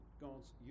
God's